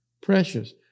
Precious